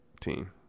team